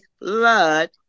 blood